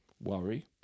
worry